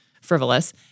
frivolous